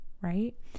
right